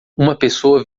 pessoa